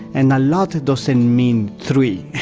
and a lot doesn't mean three